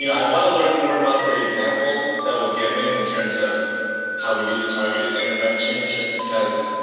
you know i want to learn more about the example that was given in terms of how we do the targeted intervention just because,